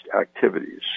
activities